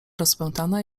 rozpętana